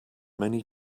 many